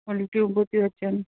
उल्टियूं बि थियूं अचनि